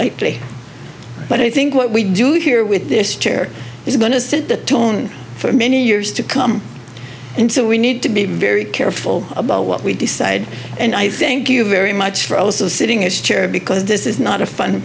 lightly but i think what we do here with this chair is going to set the tone for many years to come and so we need to be very careful about what we decide and i think you very much for also sitting as chair because this is not a fun